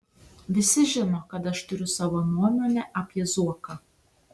visi žino kad aš turiu savo nuomonę apie zuoką